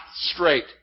straight